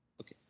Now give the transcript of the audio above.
Okay